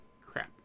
crap